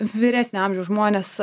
vyresnio amžiaus žmonės